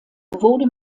wurde